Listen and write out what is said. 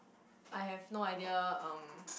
I have no idea um